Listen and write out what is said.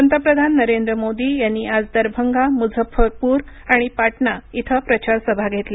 पंतप्रधान नरेंद्र मोदी यांनी आज दरभंगा मुझफ्फरपूर आणि पाटणा इथं प्रचारसभा घेतल्या